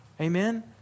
Amen